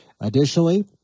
Additionally